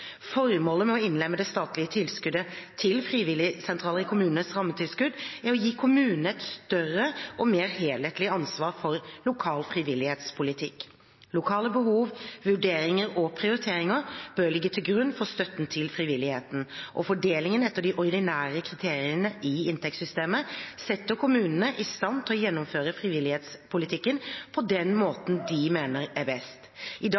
Formålet med å innlemme det statlige tilskuddet til frivilligsentralene i kommunenes rammetilskudd er å gi kommunene et større og mer helhetlig ansvar for lokal frivillighetspolitikk. Lokale behov, vurderinger og prioriteringer bør ligge til grunn for støtten til frivilligheten, og fordelingen etter de ordinære kriteriene i inntektssystemet setter kommunene i stand til å gjennomføre frivillighetspolitikken på den måten de mener er best. I dag